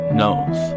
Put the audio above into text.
knows